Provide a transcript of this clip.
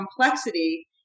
complexity